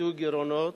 כיסוי גירעונות,